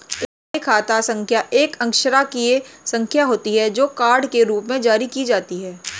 स्थायी खाता संख्या एक अक्षरांकीय संख्या होती है, जो कार्ड के रूप में जारी की जाती है